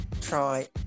try